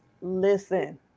listen